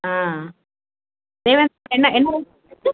ஆ என்ன என்ன ரேட் வருது